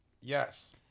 Yes